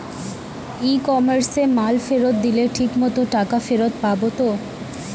ই কমার্সে মাল ফেরত দিলে ঠিক মতো টাকা ফেরত পাব তো?